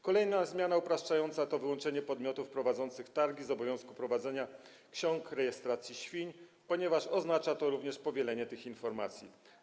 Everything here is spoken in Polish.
Kolejna zmiana upraszczająca to wyłączenie podmiotów prowadzących targi z obowiązku prowadzenia ksiąg rejestracji świń, ponieważ również oznacza to powielenie tych informacji.